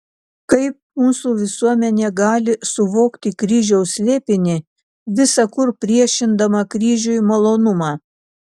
kaip mūsų visuomenė gali suvokti kryžiaus slėpinį visa kur priešindama kryžiui malonumą